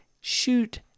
Shoot